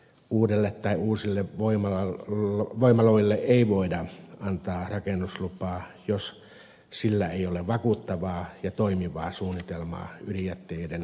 uudelle tai uusille voimaloille ei voida antaa rakennuslupaa jos sillä ei ole vakuuttavaa ja toimivaa suunnitelmaa ydinjätteiden loppusijoitukselle